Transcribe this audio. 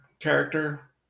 character